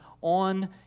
on